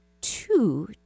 two